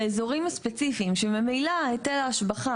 באזורים הספציפיים שממילא היטל ההשבחה